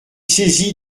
saisi